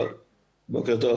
בוקר טוב.